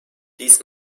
dies